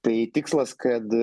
tai tikslas kad